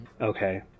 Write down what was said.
okay